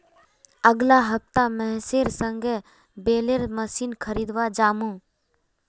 अगला हफ्ता महेशेर संग बेलर मशीन खरीदवा जामु